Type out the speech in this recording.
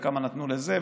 וכמה נתנו לזה,